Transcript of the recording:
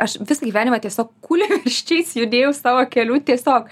aš visą gyvenimą tiesiog kūliavirsčiais judėjau savo keliu tiesiog